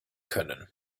können